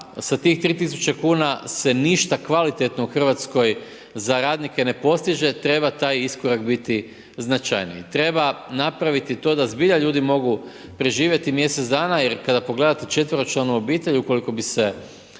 sa tih 3000 kn se ništa kvalitetno u Hrvatskoj za radnike ne postiže, treba taj iskorak biti značajniji. Treba napraviti to da zbilja ljudi mogu preživjeti mjesec dana, jer kada pogledate četveročlanu obitelj, ukoliko bi se